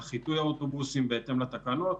על חיטוי האוטובוסים בהתאם לתקנות,